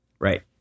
Right